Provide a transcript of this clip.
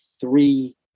three